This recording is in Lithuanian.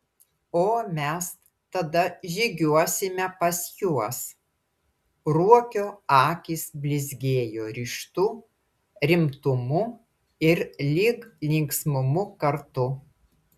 o mes tada žygiuosime pas juos ruokio akys blizgėjo ryžtu rimtumu ir lyg linksmumu kartu